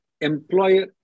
Employer